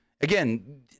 again